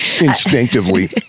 instinctively